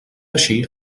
així